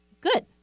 good